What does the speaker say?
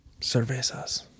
Cervezas